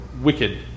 wicked